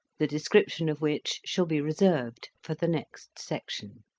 the description of which shall be reserved for the next section.